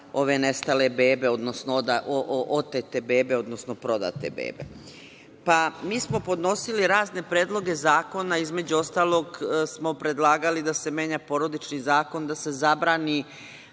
ove nestale bebe, odnosno otete bebe, odnosno prodate bebe. Pa, mi smo podnosili razne predloge zakona, između ostalog smo predlagali da se menja Porodični zakon, da se zabrani